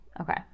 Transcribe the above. Okay